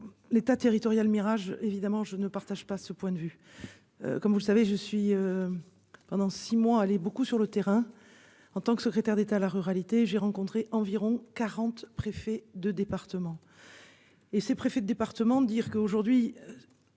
L'État territorial Mirage évidemment je ne partage pas ce point de vue. Comme vous le savez je suis. Pendant six mois aller beaucoup sur le terrain en tant que secrétaire d'État à la ruralité. J'ai rencontré environ 40 préfet de département. Et ses préfets de département dire qu'aujourd'hui.